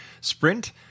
Sprint